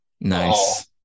nice